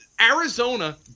Arizona